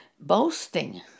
boasting